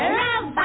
love